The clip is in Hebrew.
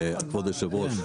כבוד היושב-ראש?